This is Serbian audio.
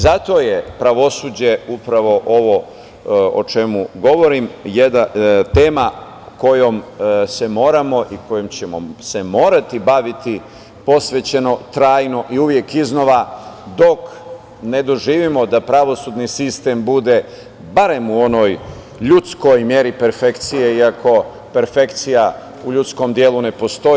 Zato je pravosuđe, upravo ovo o čemu govorim, tema kojom se moramo i kojom ćemo se morati baviti posvećeno, trajno i uvek iznova, dok ne doživimo da pravosudni sistem bude barem u onoj ljudskoj meri perfekcije, iako perfekcija u ljudskom delu na postoji.